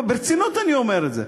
ברצינות אני אומר את זה.